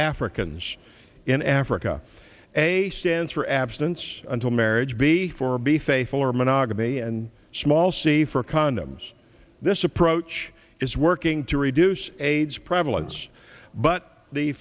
africans in africa a stands for abstinence until marriage before be faithful or monogamy and small c for condoms this approach is working to reduce aids prevalence but the